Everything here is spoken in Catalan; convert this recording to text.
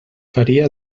faria